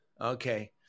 Okay